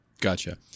Gotcha